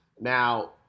Now